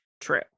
true